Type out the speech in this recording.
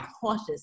cautious